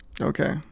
okay